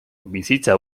bizitza